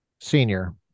Senior